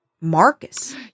marcus